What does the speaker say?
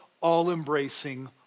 all-embracing